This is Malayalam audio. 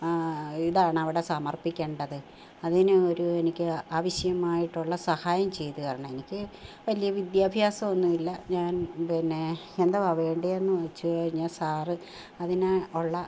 ഇതാണ് അവിടെ സമര്പ്പിക്കേണ്ടത് അതിന് ഒരു എനിക്ക് ആവിശ്യമായിട്ടുള്ള സഹായം ചെയ്ത് തരണം എനിക്ക് വലിയ വിദ്യാഭ്യാസം ഒന്നുമില്ല ഞാന് പിന്നെ എന്തൊവാ വേണ്ടതെന്ന് വച്ച് കഴിഞ്ഞാൽ സാറ് അതിനുള്ള